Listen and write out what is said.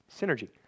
synergy